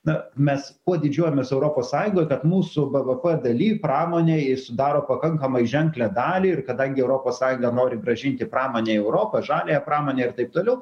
na mes kuo didžiuojamės europos sąjungoj kad mūsų bvp daly pramonė sudaro pakankamai ženklią dalį ir kadangi europos sąjunga nori grąžinti pramonę į europą žaliąją pramonę ir taip toliau